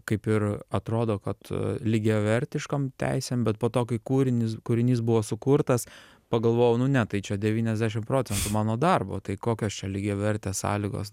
kaip ir atrodo kad lygiavertiškom teisėm bet po to kai kūrinys kūrinys buvo sukurtas pagalvojau nu ne tai čia devyniasdešim procentų mano darbo tai kokios čia lygiavertės sąlygos